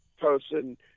person